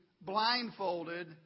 blindfolded